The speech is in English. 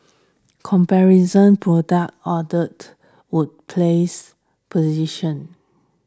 comparison product ordered would placed position